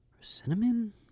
Cinnamon